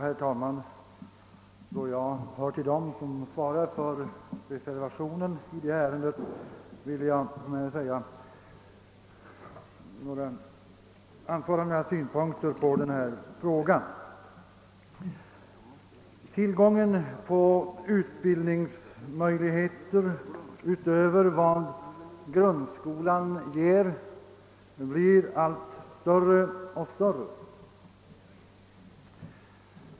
Herr talman! Eftersom jag tillhör dem som står bakom reservationen i detta ärende vill jag anföra några synpunkter i frågan. Behovet av utbildningsmöjligheter utöver dem som grundskolan ger blir allt större.